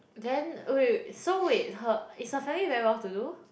then wait wait wait so wait her is her family very well to do